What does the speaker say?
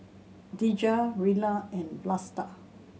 Dejah Rilla and Vlasta